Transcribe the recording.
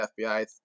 FBI